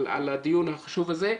על הדיון החשוב הזה.